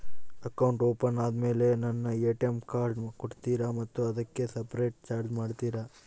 Account open ಆದಮೇಲೆ ನನಗೆ ATM card ಕೊಡ್ತೇರಾ ಮತ್ತು ಅದಕ್ಕೆ ಸಪರೇಟ್ ಚಾರ್ಜ್ ಮಾಡ್ತೇರಾ?